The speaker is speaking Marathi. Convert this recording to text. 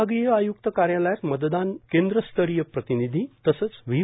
विभागीय आय्क्त कार्यालयात मतदान केंद्रस्तरीय प्रतिनिधी तसेच व्ही